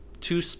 two